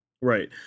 Right